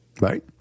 Right